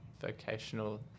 vocational